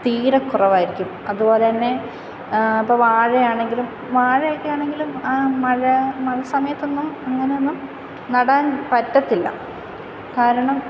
തീരെ കുറവായിരിക്കും അതുപോലെ തന്നെ ഇപ്പം വാഴയാണെങ്കിലും വാഴയൊക്കെ ആണെങ്കിലും ആ മഴ മഴ സമയത്തൊന്നും അങ്ങനെയൊന്നും നടാൻ പറ്റത്തില്ല കാരണം